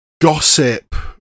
gossip